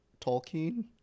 Tolkien